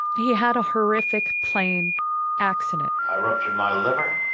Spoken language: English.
he had a horrific plane accident i ruptured my liver.